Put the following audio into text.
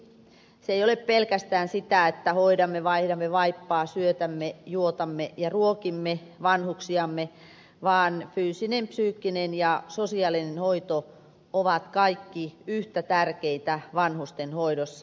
se ei ole pelkästään sitä että hoidamme vaihdamme vaippaa syötämme juotamme ja ruokimme vanhuksiamme vaan fyysinen psyykkinen ja sosiaalinen hoito ovat kaikki yhtä tärkeitä vanhusten hoidossa